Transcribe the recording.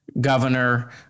governor